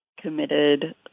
committed